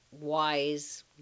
wise